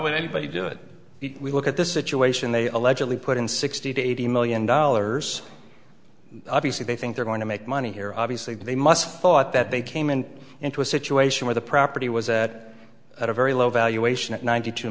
would anybody do it we look at this situation they allegedly put in sixty to eighty million dollars obviously they think they're going to make money here obviously they must thought that they came in into a situation where the property was at a very low valuation at ninety two